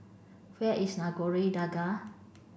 where is Nagore Dargah